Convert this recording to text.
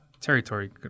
territory